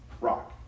rock